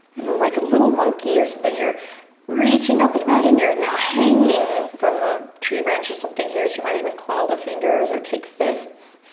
and then like a little monkey or something you're reaching up and imagine you're now hanging from a tree branch or something here so you might even claw the fingers or take fists.